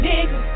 Nigga